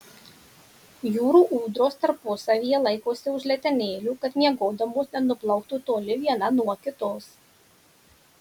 jūrų ūdros tarpusavyje laikosi už letenėlių kad miegodamos nenuplauktų toli viena nuo kitos